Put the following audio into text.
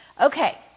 Okay